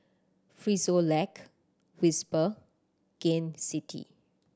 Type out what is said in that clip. Frisolac Whisper Gain City